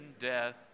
death